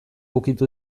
ukitu